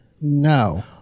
No